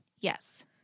Yes